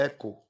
Echo